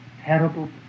terrible